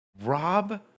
rob